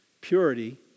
Purity